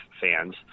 fans